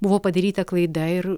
buvo padaryta klaida ir